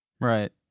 Right